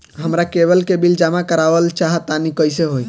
हमरा केबल के बिल जमा करावल चहा तनि कइसे होई?